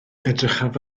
edrychaf